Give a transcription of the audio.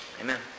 Amen